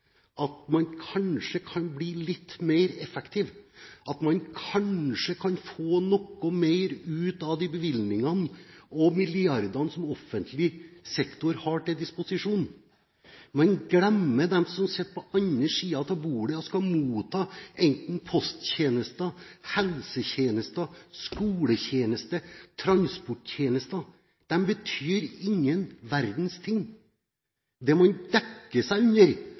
at man kanskje kan bli litt mer effektiv, at man kanskje kan få noe mer ut av de bevilgningene og milliardene som offentlig sektor har til disposisjon. Man glemmer dem som sitter på den andre siden av bordet og skal motta enten posttjenester, helsetjenester, skoletjenester eller transporttjenester. De betyr ingen verdens ting. Det man dekker seg under